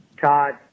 Todd